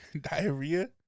Diarrhea